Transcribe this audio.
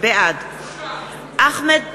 בעד אחמד טיבי,